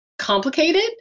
complicated